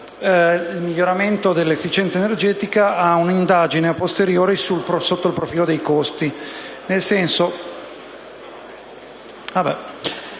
il miglioramento dell'efficienza energetica ad un'indagine *a posteriori* sotto il profilo dei costi,